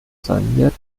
saniert